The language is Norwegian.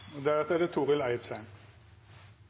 Er det